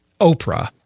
Oprah